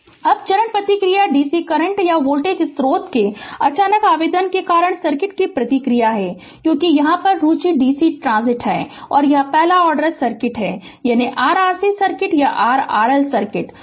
Refer Slide Time 2611 अब चरण प्रतिक्रिया DC करंट या वोल्टेज स्रोत के अचानक आवेदन के कारण सर्किट की प्रतिक्रिया है क्योंकि यहां रूचि DC ट्रांसिएंट है और यह पहला ऑर्डर सर्किट है यानी r RC सर्किट या RL सर्किट है